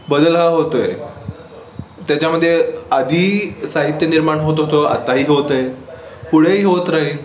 बदल हा होतो आहे त्याच्यामध्ये आधी साहित्य निर्माण होत होतं आत्ताही होतं आहे पुढेही होत राहील